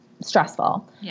stressful